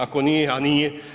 Ako nije, a nije?